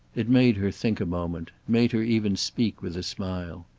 it made her think a moment made her even speak with a smile.